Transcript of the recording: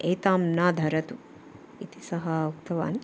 एतां न धरतु इति सः उक्तवान्